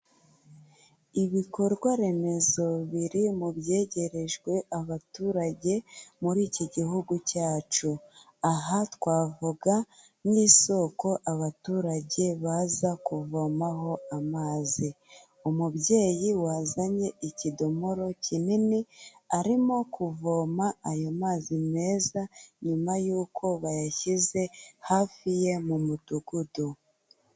Ibikorwa remezo biri mu byegerejwe abaturage muri iki gihugu cyacu, aha twavuga nk'isoko abaturage baza kuvomaho amazi, umubyeyi wazanye ikidomoro kinini arimo kuvoma ayo mazi meza, nyuma y'uko bayashyize hafi ye mu mudugudu.